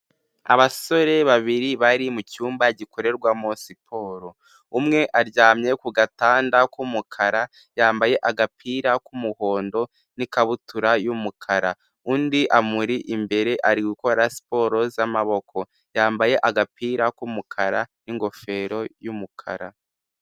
Abasore babiri bari mu cyumba gikorerwamo siporo, umwe aryamye ku gatanda k'umukara yambaye agapira k'umuhondo n'ikabutura y'umukara, undi amuri imbere ari gukora siporo z'amaboko yambaye agapira k'umukara n'ingofero y'umukara.